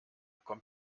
kommt